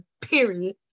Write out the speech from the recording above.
period